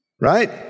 right